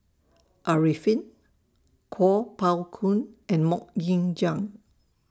Arifin Kuo Pao Kun and Mok Ying Jang